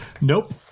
Nope